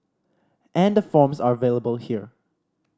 and the forms are available here